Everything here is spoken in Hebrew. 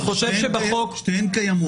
שתיהן קיימות.